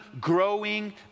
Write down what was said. growing